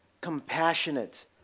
compassionate